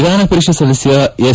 ವಿಧಾನಪರಿಷತ್ ಸದಸ್ನ ಎಸ್